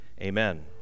Amen